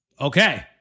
Okay